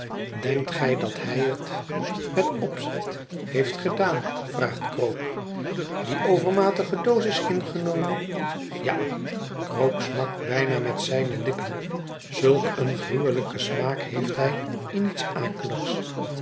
denkt gij dat hij het met opzet heeft gedaan vraagt krook die overmatige dosis ingenomen ja krook smakt bijna mét zijne lippen zulk een gruwelijken smaak heeft hij in iets akeligs